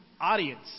audience